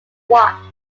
watch